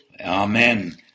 Amen